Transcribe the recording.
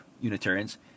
Unitarians